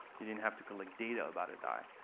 you didn't have to collect data about a die.